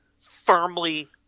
firmly